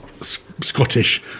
Scottish